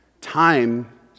Time